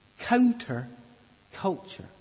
counterculture